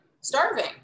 starving